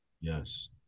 Yes